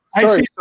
Sorry